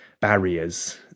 barriers